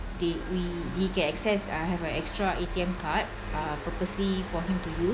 they we he can access uh have a extra A_T_M card uh purposely for him to use